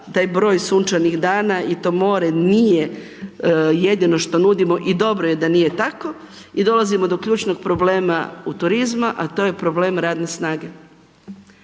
taj broj sunčanih dana i to more nije jedino što nudimo i dobro je da nije tako i dolazimo do ključnog problema u turizma, a to je problem radne snage.